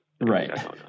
Right